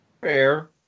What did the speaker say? Fair